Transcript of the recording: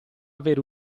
avere